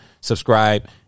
subscribe